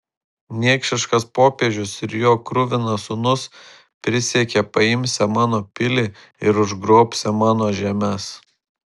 niekšiškas popiežius ir jo kruvinas sūnus prisiekė paimsią mano pilį ir užgrobsią mano žemes